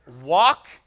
walk